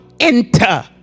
enter